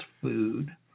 food